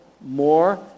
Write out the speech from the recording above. more